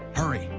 hurry,